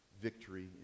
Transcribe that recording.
Victory